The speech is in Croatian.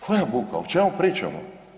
Koja buka, o čemu pričamo?